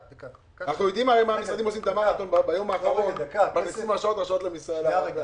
אנחנו יודעים הרי מה המשרדים עושים ביום האחרון --- שנייה רגע.